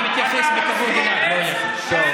אני מתייחס בכבוד אליו, לא אליך.